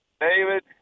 David